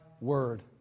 word